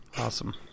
Awesome